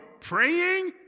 praying